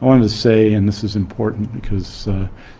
i want to say, and this is important because